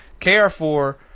KR4